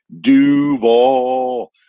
Duval